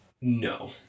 No